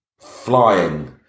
flying